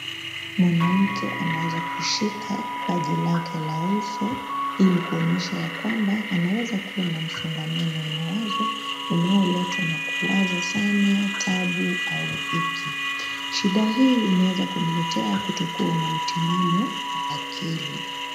Mwanamke ameweza kushika paji lake la uso ili kuonyesha ya kwamba anaweza kuwa na msongamano wa mawazo unaoletwa na kuwaza sana, taabu au dhiki shida hii inaeza kumletea kutokuwa na utimamu wa akili.